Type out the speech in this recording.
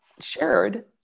shared